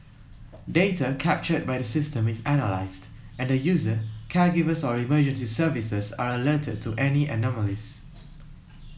data captured by the system is analysed and the user caregivers or emergency services are alerted to any anomalies